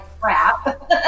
crap